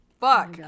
Fuck